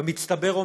במצטבר,